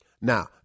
Now